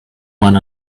one